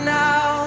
now